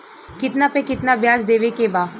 कितना पे कितना व्याज देवे के बा?